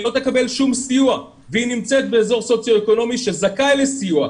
היא לא תקבל כל סיוע והיא נמצאת באזור סוציו אקונומי שזכאי לסיוע.